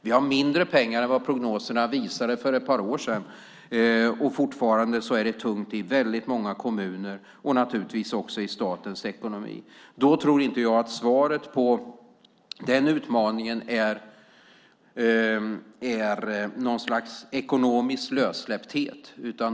Vi har mindre pengar än vad prognoserna visade för ett par år sedan. Det är fortfarande tungt i många kommuner och i statens ekonomi. Jag tror inte att svaret på den utmaningen är något slags ekonomisk lössläppthet.